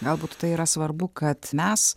galbūt tai yra svarbu kad mes